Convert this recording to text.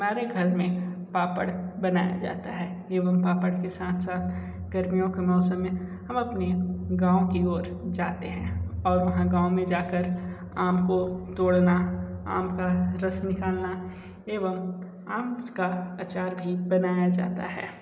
हमारे घर में पापड़ बनाए जाता है एवं पापड़ के साथ साथ गर्मियों के मौसम में हम अपने गांव की और जाते है और वहाँ गाँव में जाकर आम को तोड़ना आम का रस निकालना एवं आम का आचार भी बनाया जाता हैं